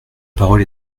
parole